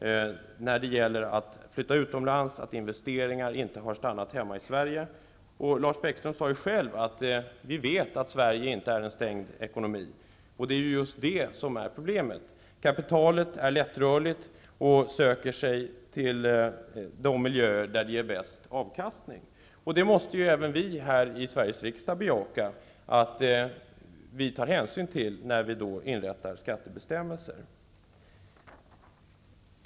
Företag har flyttat utomlands. Investeringar har inte stannat i Sverige. Lars Bäckström sade själv att vi vet att Sverige inte är en stängd ekonomi. Det är det som är problemet. Kapitalet är lättrörligt och söker sig till de miljöer där avkastningen är bäst. Det måste även vi här i Sveriges riksdag ta hänsyn till när vi inrättar skattebestämmelser.